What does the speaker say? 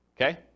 Okay